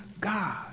God